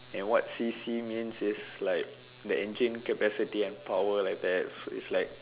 and what C_C means is like the engine capacity and power like that so it's like